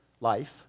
life